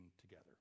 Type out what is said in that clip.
together